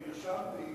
נרשמתי,